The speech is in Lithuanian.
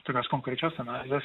tokios konkrečios analizės